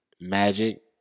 Magic